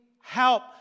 help